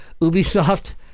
Ubisoft